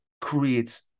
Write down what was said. creates